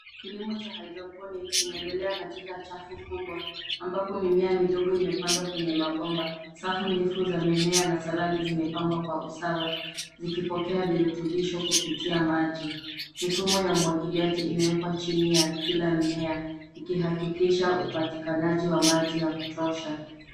Kilimo cha hydroponic kinaendelea katika chafu kubwa, ambapo mimea midogo imepandwa kwenye mabomba. Safu ndefu za mimea na saladi zimepangwa kwa usawa, zikipokea virutubisho kupitia maji. Mifumo ya umwagiliaji imewekwa chini ya kila mmea, ikihakikisha upatikanaji wa maji ya kutosha.